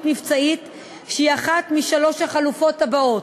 מבצעית שהיא אחת משלוש החלופות הבאות: